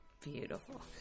Beautiful